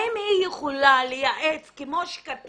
האם היא יכולה לייעץ לשר, כמו שכתוב